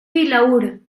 vilaür